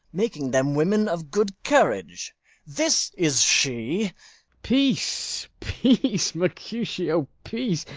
making them women of good carriage this is she peace, peace, mercutio, peace,